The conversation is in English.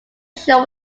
sure